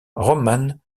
roman